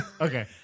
okay